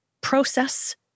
process